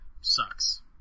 sucks